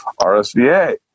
RSVA